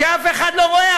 כשאף אחד לא רואה,